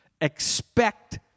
expect